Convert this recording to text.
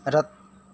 र